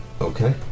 Okay